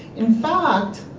in fact,